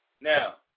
Now